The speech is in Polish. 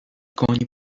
goni